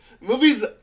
Movie's